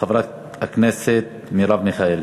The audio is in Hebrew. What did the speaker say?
חברת הכנסת מרב מיכאלי.